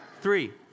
three